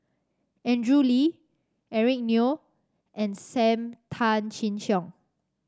Andrew Lee Eric Neo and Sam Tan Chin Siong